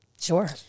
Sure